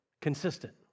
consistent